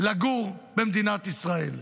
לגור במדינת ישראל.